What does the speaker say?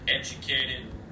educated